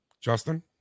Justin